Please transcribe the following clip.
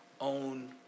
own